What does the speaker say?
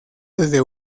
desde